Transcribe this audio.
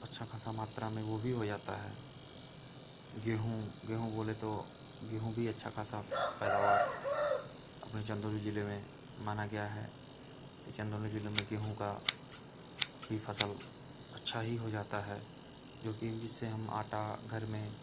अच्छी खासी मात्रा में वह भी हो जाता है गेहूँ गेहूँ बोले तो गेहूँ भी अच्छी खासी पैदावार अपने चन्दौली ज़िले में मानी गई है कि चन्दौली ज़िले में गेहूँ की भी फसल अच्छी ही हो जाती है जोकि जिससे हम आटा घर में